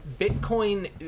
Bitcoin